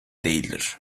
değildir